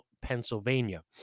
Pennsylvania